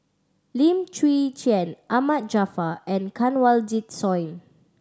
Lim Chwee Chian Ahmad Jaafar and Kanwaljit Soin